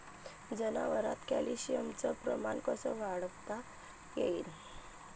जनावरात कॅल्शियमचं प्रमान कस वाढवता येईन?